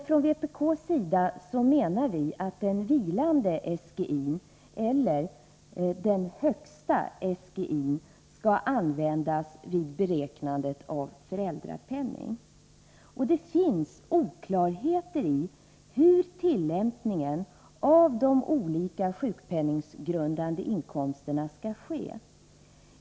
Från vpk:s sida menar vi att den vilande SGI-n eller den högsta SGI-n skall användas vid beräknandet av föräldrapenning. Det finns också oklarheter i hur tillämpningen av olika sjukpenninggrundande inkomster skall ske.